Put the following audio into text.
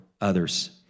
others